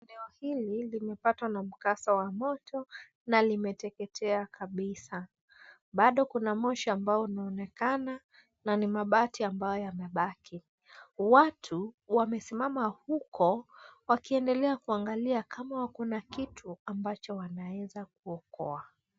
Eneo hili limepatwa na mkasa wa moto na limeteketea kabisa. Bado kuna moshi ambao unaonekana na ni mabati ambayo yamebaki. Watu wamesimama huko wakiendelea kuangalia kama kuna kitu ambacho wanaweza kuokoa.